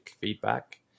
feedback